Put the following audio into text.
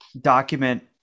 document